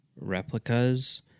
replicas